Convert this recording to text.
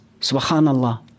Subhanallah